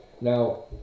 Now